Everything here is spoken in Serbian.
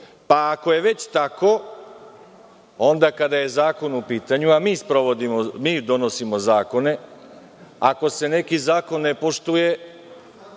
decu. Ako je već tako, onda kada je zakon u pitanju, a mi donosimo zakone, ako se neki zakon ne poštuje,